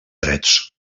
drets